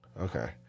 Okay